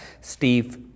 Steve